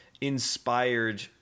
inspired